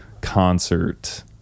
concert